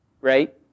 right